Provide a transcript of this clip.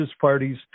parties